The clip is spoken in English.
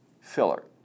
filler